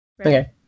Okay